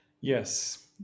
Yes